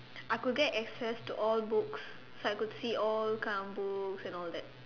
I could get access to all books so I could see all kinds of books and all that